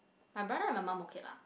my brother and my mum okay lah